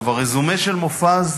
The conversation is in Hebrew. הרזומה של מופז,